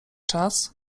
czas